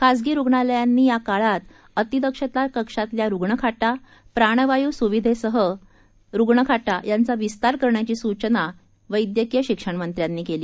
खासगी रुग्णालयांनी या काळात अतिदक्षता कक्षातल्या रुग्णखाटा प्राणवायू सुविधेसह रुग्णखाटा यांचा विस्तार करण्याची सूचना वैद्यकीय शिक्षणमंत्र्यांनी केली